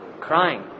crying